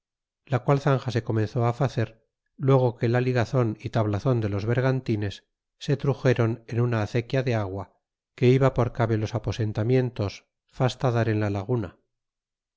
la qual zanja se comenzó fa cer luego que la ligazon y tablazon de los vergantines se truxeron en una acequia de agua que iba por cabe los aposenta miento fasta dar en la laguna